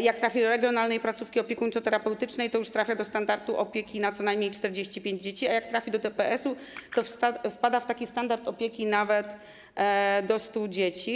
jak trafi do regionalnej placówki opiekuńczo-terapeutycznej, to już wpada w standard opieki na co najmniej 45 dzieci, a jeśli trafi do DPS-u, to wpada w standard opieki nawet do 100 dzieci.